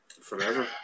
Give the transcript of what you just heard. Forever